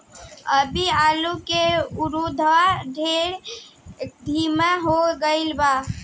अभी आलू के उद्भव दर ढेर धीमा हो गईल बा